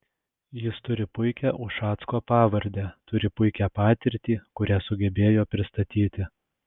jis turi puikią ušacko pavardę turi puikią patirtį kurią sugebėjo pristatyti